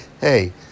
hey